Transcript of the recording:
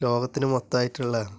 ലോകത്തിന് മൊത്തമായിട്ടുള്ളതാണ്